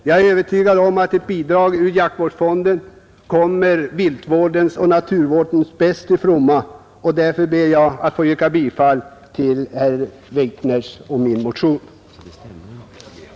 Jag är övertygad om att det skulle vara bäst för viltvården och naturvården med ett bidrag ur jaktvårdsfonden även till Jägarnas riksförbund —Landsbygdens jägare. Jag ber därför att få yrka bifall till reservationen.